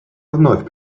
вновь